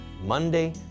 Monday